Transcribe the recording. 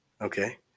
okay